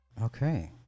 Okay